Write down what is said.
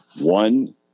One